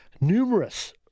Numerous